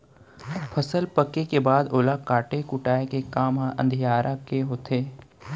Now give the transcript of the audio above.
फसल पके के बाद ओला काटे कुटाय के काम ह अधियारा के होथे